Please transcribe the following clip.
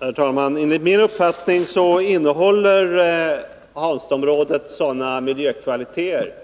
Herr talman! Enligt min uppfattning innehåller Hanstaområdet sådana miljökvaliteter